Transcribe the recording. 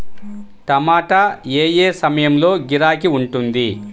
టమాటా ఏ ఏ సమయంలో గిరాకీ ఉంటుంది?